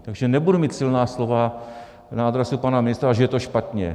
Takže nebudu mít silná slova na adresu pana ministra, že je to špatně.